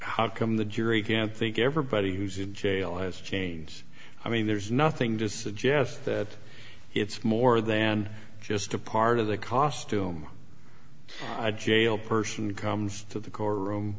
how come the jury can't think everybody who's in jail has changed i mean there's nothing to suggest that it's more than just a part of the costume a jail person comes to the courtroom